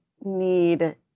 need